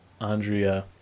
Andrea